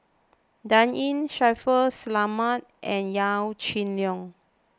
Dan Ying Shaffiq Selamat and Yaw Shin Leong